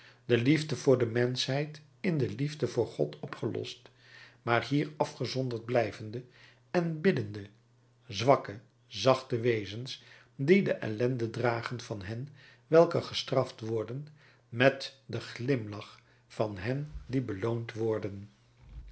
de liefde voor de menschheid in de liefde voor god opgelost maar hier afgezonderd blijvende en biddende zwakke zachte wezens die de ellende dragen van hen welke gestraft worden met den glimlach van hen die beloond worden